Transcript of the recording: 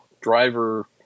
driver